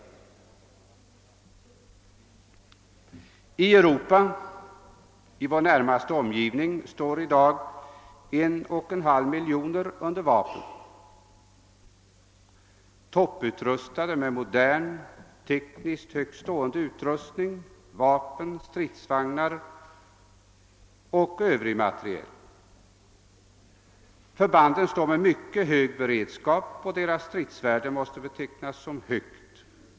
I Europa, i vår närmaste omgivning, befinner sig i dag 1,5 miljoner man under vapen, topputrustade med modern, tekniskt högtstående materiel, med stridsvagnar 0. s. v. Förbanden har hög beredskap och deras stridsvärde måste betecknas mycket högt.